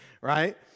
right